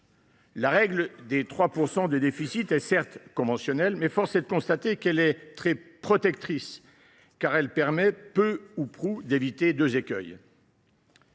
La règle des 3 % de déficit est certes conventionnelle, mais force est de constater qu’elle est très protectrice, car elle permet, peu ou prou, d’éviter ces deux écueils.